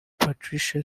patricia